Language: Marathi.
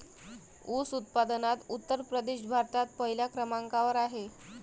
ऊस उत्पादनात उत्तर प्रदेश भारतात पहिल्या क्रमांकावर आहे